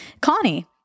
Connie